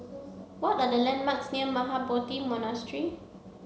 what are the landmarks near Mahabodhi Monastery